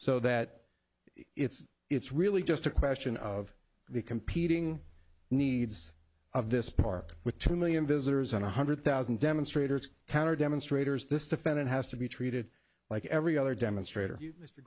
so that it's it's really just a question of the competing needs of this park with two million visitors and one hundred thousand demonstrators counter demonstrators this defendant has to be treated like every other demonstrator mr